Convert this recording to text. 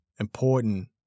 important